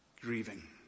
grieving